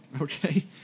Okay